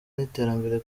n’iterambere